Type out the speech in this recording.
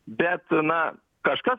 bet na kažkas